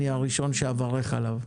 אני הראשון שאברך עליו.